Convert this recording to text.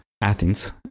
Athens